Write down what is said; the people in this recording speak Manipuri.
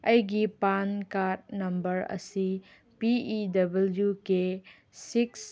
ꯑꯩꯒꯤ ꯄꯥꯟ ꯀꯥꯔꯠ ꯅꯝꯕꯔ ꯑꯁꯤ P E W K six